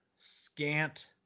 scant